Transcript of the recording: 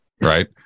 Right